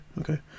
okay